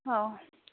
औ